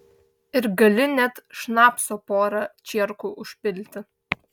ir gali net šnapso porą čierkų užpilti